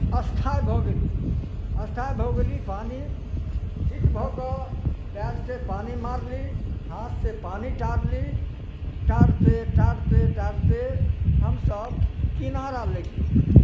स्थायी भऽ गेली स्थायी भऽ गेली पानि चित भऽ कऽ पैरसँ पानि मारली हाथसँ पानि टारली टारते टारते टारते हमसभ किनारा लागि गेली